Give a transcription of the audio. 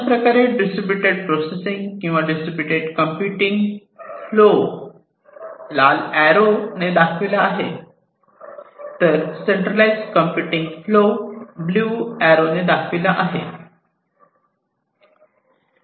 अशाप्रकारे distributed processing किंवा distributed computing flow लाल अरो ने दाखवला आहे तर centralize computing flow blue arrow ने दाखवला आहे